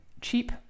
cheap